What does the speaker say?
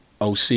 OC